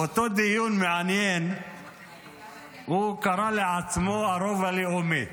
באותו דיון מעניין הוא קרא לעצמו "הרוב הלאומי".